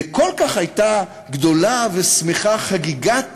וכל כך הייתה גדולה ושמחה חגיגת